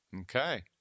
okay